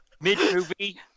Mid-movie